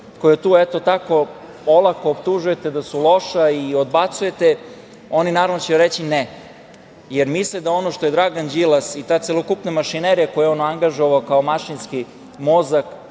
koja tu, eto tako, olako, optužujete da su loša i odbacujete, oni naravno da će reći – ne, jer misle da ono što je Dragan Đilas i ta celokupna mašinerija koju je on angažovao kao mašinski mozak